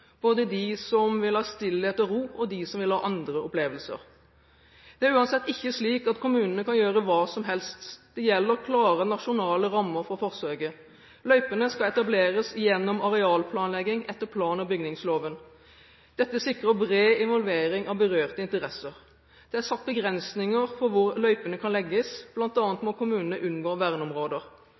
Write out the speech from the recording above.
både de som vil ha stillhet og ro, og de som vil ha andre opplevelser. Det er uansett ikke slik at kommunene kan gjøre hva som helst. Det gjelder klare nasjonale rammer for forsøket. Løypene skal etableres gjennom arealplanlegging etter plan- og bygningsloven. Dette sikrer bred involvering av berørte interesser. Det er satt begrensninger for hvor løypene kan legges, bl.a. må kommunene unngå verneområder.